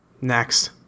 Next